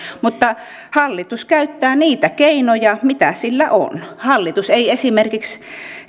mutta hallitus käyttää niitä keinoja mitä sillä on hallitus ei esimerkiksi